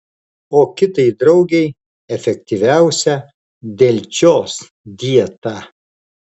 o kitai draugei efektyviausia delčios dieta